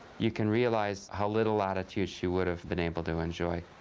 you can realize how little latitude she would have been able to enjoy.